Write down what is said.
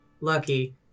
Lucky